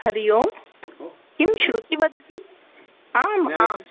हरि ओं किं श्रुति वदति आम् आं